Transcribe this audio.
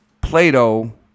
Plato